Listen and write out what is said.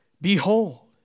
Behold